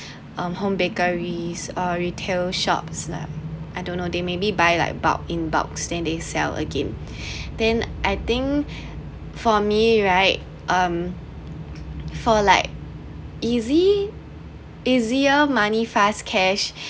um home bakeries or retail shops lah I don't know they maybe buy like bulk in bulks then they sell again then I think for me right um for like easy easier money fast cash